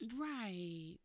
Right